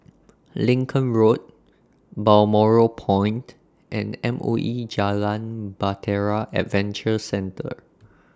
Lincoln Road Balmoral Point and M O E Jalan Bahtera Adventure Centre